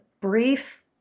brief